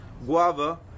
guava